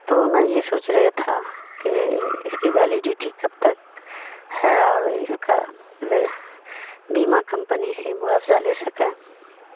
تو میں یہ سوچ رہیا تھا کہ اس کی ویلیڈیٹی کب تک ہے اور اس کا بیمہ کمپنی سے موضہ لے سکیں